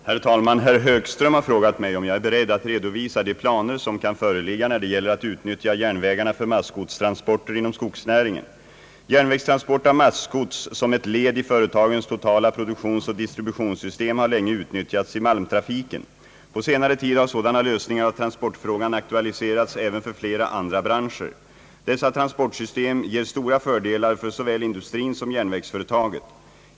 Herr talman! Herr Högström har frågat mig, om jag är beredd att redovisa de planer som kan föreligga när det gäller att utnyttja järnvägarna för massgodstransporter inom skogsnäringen. Järnvägstransport av massgods som ett led i företagens totala produktionsoch distributionssystem har länge utnyttjats i malmtrafiken. På senare tid har sådana lösningar av transportfrågan aktualiserats även för flera andra branscher. Dessa transportsystem ger stora fördelar för såväl industrin som järnvägsföretaget.